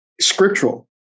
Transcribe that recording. scriptural